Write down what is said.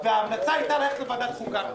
וההמלצה הייתה שזה ילך לוועדת החוקה.